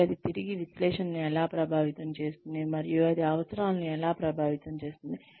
మరియు అది తిరిగి విశ్లేషణను ఎలా ప్రభావితం చేస్తుంది మరియు అది అవసరాలను ఎలా ప్రభావితం చేస్తుంది